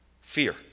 fear